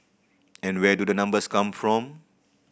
and where do the numbers come from